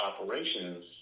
operations